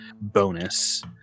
bonus